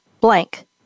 Blank